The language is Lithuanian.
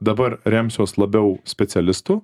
dabar remsiuos labiau specialistu